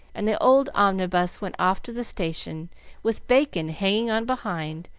and the old omnibus went off to the station with bacon hanging on behind,